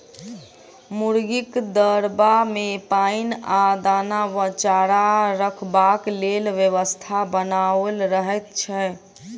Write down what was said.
मुर्गीक दरबा मे पाइन आ दाना वा चारा रखबाक लेल व्यवस्था बनाओल रहैत छै